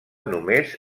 només